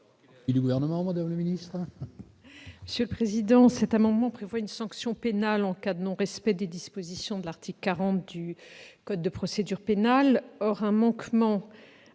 Gouvernement ? Cet amendement prévoit une sanction pénale en cas de non-respect des dispositions de l'article 40 du code de procédure pénale.